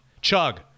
Chug